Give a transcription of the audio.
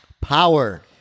Power